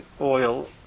oil